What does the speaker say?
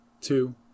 two